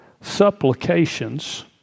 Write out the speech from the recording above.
supplications